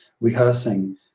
rehearsing